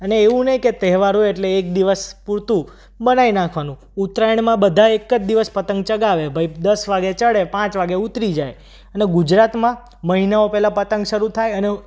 અને એવું નહીં કે તહેવારો એટલે એક દિવસ પૂરતું બનાવી નાખવાનું ઉતરાયણમાં બધા એક જ દિવસ પતંગ ચગાવે ભાઈ દસ વાગે ચઢે પાંચ વાગે ઉતરી જાય અને ગુજરાતમાં મહિનાઓ પહેલાં પતંગ શરૂ થાય અને